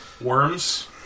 worms